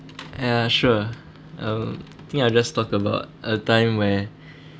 ya sure um think I just talk about a time where um a time where